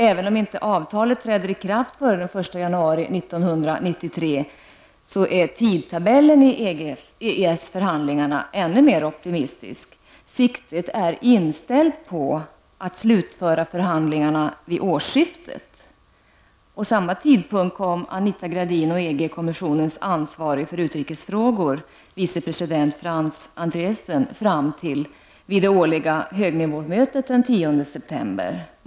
Även om inte avtalet träder i kraft före den 1 januari 1993 är tidtabellen i EES-förhandlingarna ännu mer optimistisk. ''Siktet är inställt på att slutföra förhandlingarna vid årsskiftet.'' Samma tidpunkt kom Anita Gradin och EG-kommissionens ansvarige för utrikesfrågor, vice president Frans Andriessen, fram till vid det årliga högnivåmötet den 10 september.